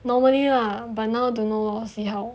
normally lah but now don't know ah see how